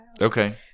Okay